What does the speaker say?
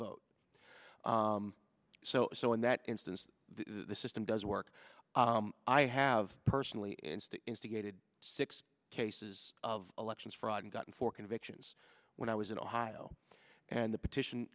vote so so in that instance the system does work i have personally instigated six cases of elections fraud and gotten four convictions when i was in ohio and the petition